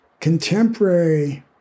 contemporary